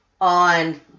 on